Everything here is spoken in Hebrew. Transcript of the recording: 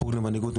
בחוג למנהיגות,